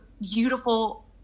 beautiful